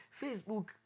facebook